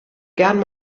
gerne